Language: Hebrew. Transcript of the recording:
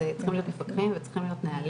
צריכים להיות מפקחים וצריכים להיות נהלים.